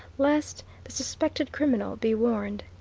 lest the suspected criminal be warned.